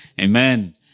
Amen